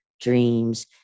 dreams